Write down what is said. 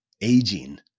aging